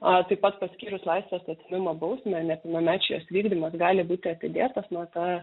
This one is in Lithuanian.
taip pat paskyrus laisvės atėmimo bausmę nepilnamečiui jos vykdymas gali būti atidėtas nuo ta